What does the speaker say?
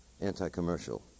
anti-commercial